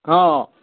ହଁ